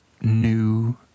new